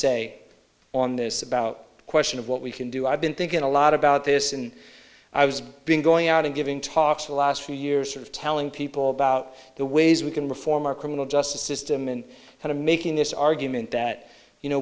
about the question of what we can do i've been thinking a lot about this in i was being going out and giving talks the last few years of telling people about the ways we can reform our criminal justice system and how to making this argument that you know